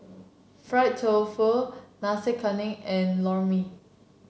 Fried Tofu Nasi Kuning and Lor Mee